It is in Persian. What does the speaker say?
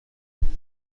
کردی